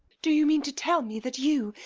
do you mean to tell me that you,